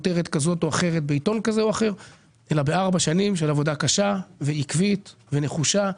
בעבודה מאוד מאוד קשה שעשינו הגענו סך הכל למיליארד אחד יותר.